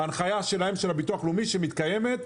ההנחיה של ביטוח לאומי שמתקיימת,